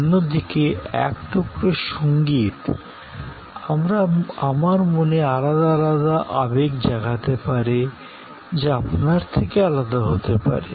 অন্যদিকে এক টুকরো সংগীত আমার মনে আলাদা আলাদা আবেগ জাগাতে পারে যা আপনার থেকে আলাদা হতে পারে